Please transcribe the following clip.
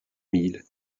mille